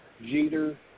Jeter